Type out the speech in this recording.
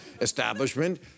establishment